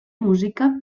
música